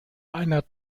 einer